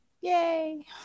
Yay